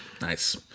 Nice